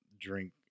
drink